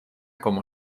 como